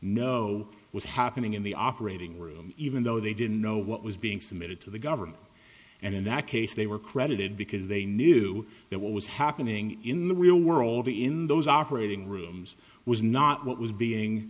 was happening in the operating room even though they didn't know what was being submitted to the government and in that case they were credited because they knew that what was happening in the real world the in those operating rooms was not what was being